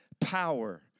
power